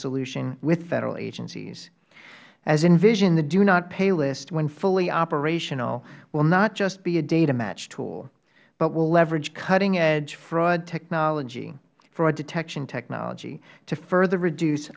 solution with federal agencies as envisioned the do not pay list when fully operational will not just be a data match tool but will leverage cutting edge fraud technology for a detection technology to further reduce